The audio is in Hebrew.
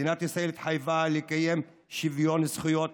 מדינת ישראל התחייבה לקיים שוויון זכויות